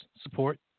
support